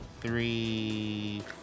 three